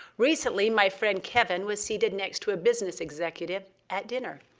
recently, my friend kevin was seated next to a business executive at dinner.